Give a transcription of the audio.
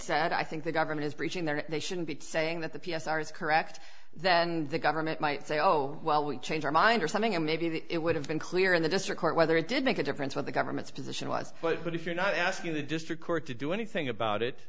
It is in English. said i think the government is breaching there they shouldn't be saying that the p s r is correct that and the government might say oh well we change our mind or something and maybe the it would have been clear in the district court whether it did make a difference what the government's position was but if you're not asking the district court to do anything about it